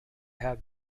have